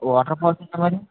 waterfalls ఎక్కడ మరి